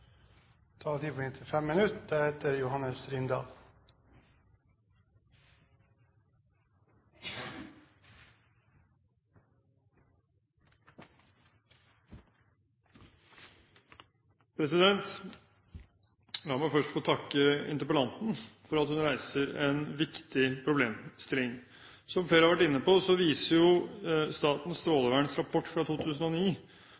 La meg først få takke interpellanten for at hun reiser en viktig problemstilling. Som flere har vært inne på, viser Statens